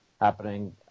happening